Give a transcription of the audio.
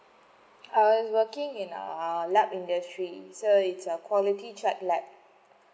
I was working in err lab industry so it's a quality check lab